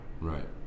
Right